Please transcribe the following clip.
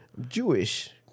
Jewish